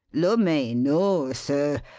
lummy! no, sir.